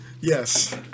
Yes